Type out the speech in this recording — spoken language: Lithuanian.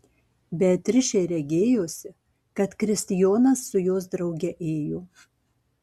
beatričei regėjosi kad kristijonas su jos drauge ėjo